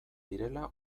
direla